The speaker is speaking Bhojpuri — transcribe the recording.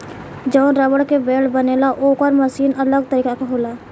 जवन रबड़ के बेल्ट बनेला ओकर मशीन अलग तरीका के होला